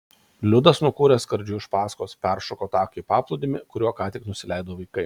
liudas nukūrė skardžiu iš paskos peršoko taką į paplūdimį kuriuo ką tik nusileido vaikai